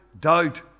doubt